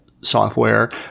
software